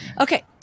okay